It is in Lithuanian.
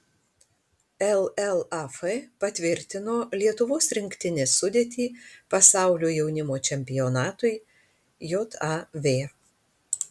llaf patvirtino lietuvos rinktinės sudėtį pasaulio jaunimo čempionatui jav